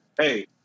hey